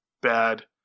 bad